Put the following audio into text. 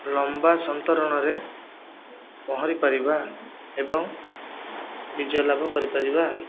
ଲମ୍ବା ସନ୍ତରଣରେ ପହଁରିପାରିବା ଏବଂ ବିଜୟ ଲାଭ କରିପାରିବା